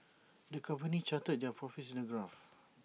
the company charted their profits in A graph